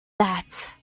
that